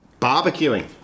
Barbecuing